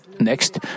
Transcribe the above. Next